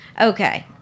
Okay